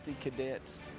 cadets